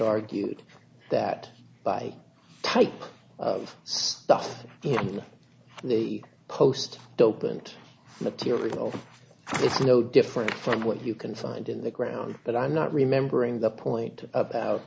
argued that by type of stuff in the post dope and material it's no different from what you can find in the ground that i'm not remembering the point about